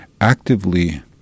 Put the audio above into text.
actively